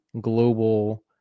global